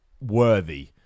worthy